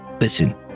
Listen